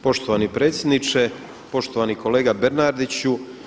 Poštovani predsjedniče, poštovani kolega Bernardiću.